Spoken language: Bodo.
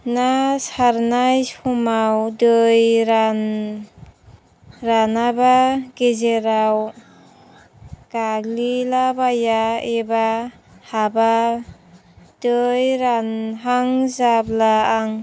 ना सारनाय समाव दै रानाबा गेजेराव गाग्लिलाबाया एबा हाबा दै रानहां जाब्ला आं